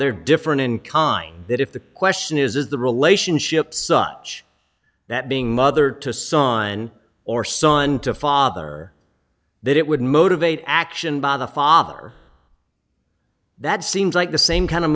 they're different in kind that if the question is is the relationship such that being mother to saw and or son to father or that it would motivate action by the father that seems like the same kind of